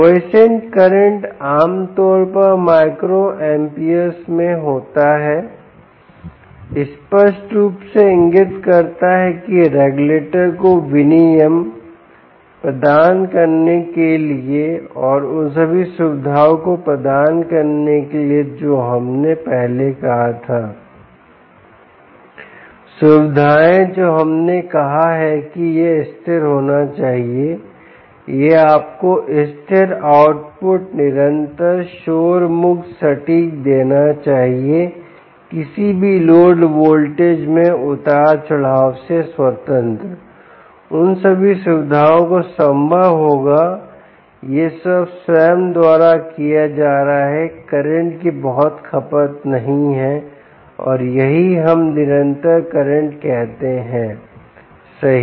quiescent current आमतौर पर micro amps में होता हैस्पष्ट रूप से इंगित करता है कि रेगुलेटर को विनियमन प्रदान करने के लिए और उन सभी सुविधाओं को प्रदान करने के लिए जो हमने पहले कहा था सुविधाएँ जो हमने कहा है कि यह स्थिर होना चाहिए यह आपको स्थिर आउटपुट निरंतर शोर मुक्त सटीक देना चाहिए किसी भी लोड वोल्टेज में उतार चढ़ाव से स्वतंत्र उन सभी सुविधाओं को संभव होगा यह सब स्वयं द्वारा किया जा रहा है करंट की बहुत खपत नहीं है और यही हम निरंतर करंट कहते हैं सही